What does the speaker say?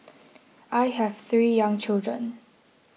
I have three young children